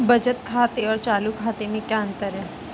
बचत खाते और चालू खाते में क्या अंतर है?